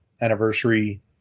anniversary